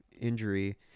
injury